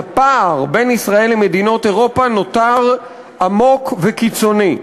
הפער בין ישראל למדינות אירופה נותר עמוק וקיצוני.